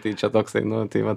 tai čia toksai nu tai va